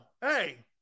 hey